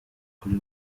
kuri